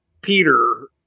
Peter